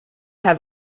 have